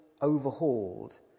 overhauled